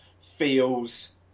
feels